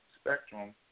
Spectrum